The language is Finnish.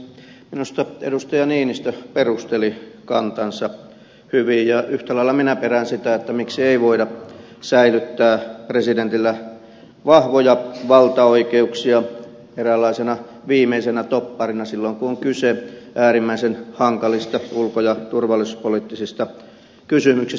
minusta edustaja niinistö perusteli kantansa hyvin ja yhtä lailla minä perään sitä miksi ei voida säilyttää presidentillä vahvoja valtaoikeuksia eräänlaisena viimeisenä topparina silloin kun on kyse äärimmäisen hankalista ulko ja turvallisuuspoliittisista kysymyksistä